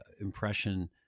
impression